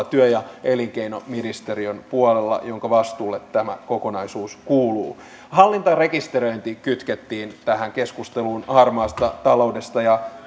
työ ja elinkeinoministeriön puolella jonka vastuulle tämä kokonaisuus kuuluu hallintarekisteröinti kytkettiin tähän keskusteluun harmaasta taloudesta ja